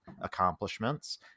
accomplishments